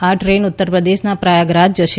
આ ટ્રેન ઉત્તર પ્રદેશના પ્રયાગરાજ જશે